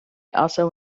also